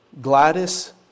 Gladys